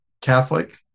Catholic